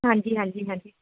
ਹਾਂਜੀ ਹਾਂਜੀ ਹਾਂਜੀ